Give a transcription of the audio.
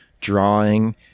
drawing